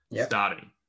starting